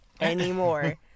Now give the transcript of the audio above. anymore